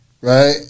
right